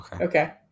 Okay